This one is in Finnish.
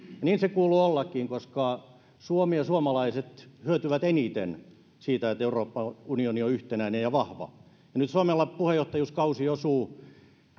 niin sen kuuluu ollakin koska suomi ja suomalaiset hyötyvät eniten siitä että euroopan unioni on yhtenäinen ja vahva nyt suomen puheenjohtajuuskausi osuu